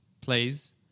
plays